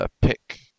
pick